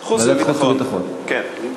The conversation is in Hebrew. כן.